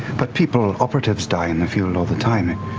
but people, operatives die in the field all the time. and